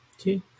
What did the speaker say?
okay